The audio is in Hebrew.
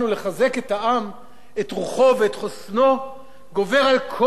את רוחו ואת חוסנו גוברת על כל מטרה בעולם,